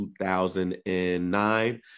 2009